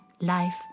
life